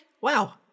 wow